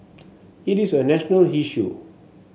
it is a national issue